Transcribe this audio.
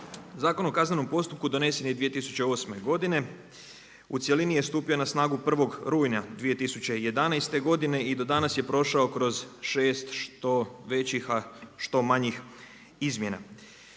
Zakon o kaznenom postupku donesen je 2008. godine, u cjelini je stupio na snagu 1. rujna 2011. godine i do danas je prošao kroz šest što većih, a što manjih izmjena.